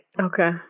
Okay